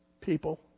people